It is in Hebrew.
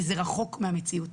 וזה רחוק מהמציאות.